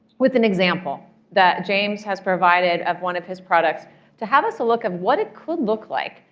with an example that james has provided of one of his products to have us a look of what it could look like.